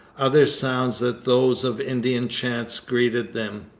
other sounds than those of indian chants greeted them.